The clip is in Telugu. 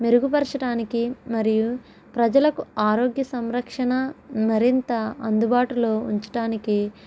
మెరుగుపరచడానికి మరియు ప్రజలకు ఆరోగ్య సంరక్షణ మరింత అందుబాటులో ఉంచడానికి